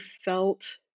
felt